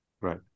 Right